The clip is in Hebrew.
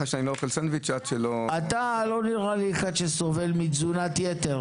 תודה רבה לכולם, אנחנו יוצאים להפסקה.